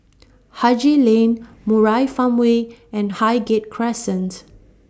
Haji Lane Murai Farmway and Highgate Crescent